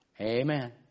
Amen